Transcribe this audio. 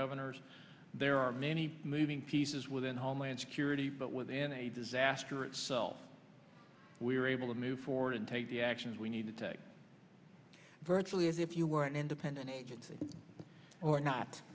governors there are many moving pieces within homeland security but within a disaster itself we're able to move forward and take the actions we need to take virtually as if you were an independent agency or not